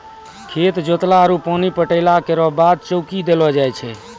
खेत जोतला आरु पानी पटैला केरो बाद चौकी देलो जाय छै?